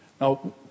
Now